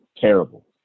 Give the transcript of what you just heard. terrible